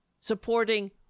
Supporting